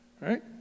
right